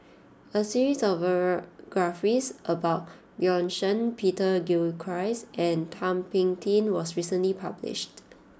a series of biographies about Bjorn Shen Peter Gilchrist and Thum Ping Tjin was recently published